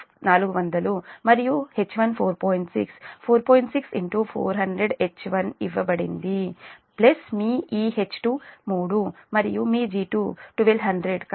6 400 H1 ఇవ్వబడింది మీ ఈ H2 3 మరియు మీ G2 1200